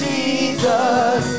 Jesus